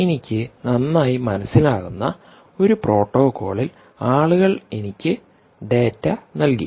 എനിക്ക് നന്നായി മനസ്സിലാകുന്ന ഒരു പ്രോട്ടോക്കോളിൽ ആളുകൾ എനിക്ക് ഡാറ്റ നൽകി